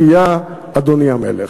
בציפייה, אדוני המלך.